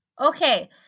Okay